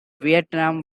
vietnam